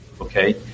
okay